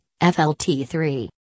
FLT3